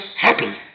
happy